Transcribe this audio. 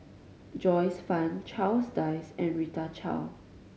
Joyce Fan Charles Dyce and Rita Chao